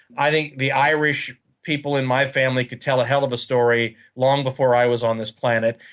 i think the irish people in my family could tell a hell of a story long before i was on this planet.